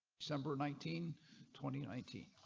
so number nineteen twenty nineteen.